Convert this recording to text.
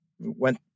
went